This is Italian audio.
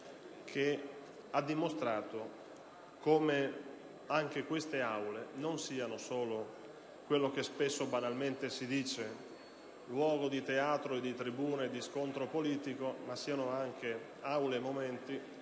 Ciò ha dimostrato come anche queste Aule non siano solo quello che spesso banalmente si dice, cioè luogo di teatro, di tribune e di scontro politico, ma anche luoghi e momenti